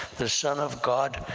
the son of god,